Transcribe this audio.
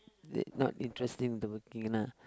they not interesting the working lah